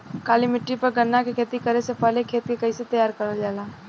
काली मिट्टी पर गन्ना के खेती करे से पहले खेत के कइसे तैयार करल जाला?